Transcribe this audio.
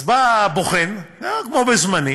אז בא, כמו שהיה בזמני